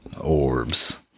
Orbs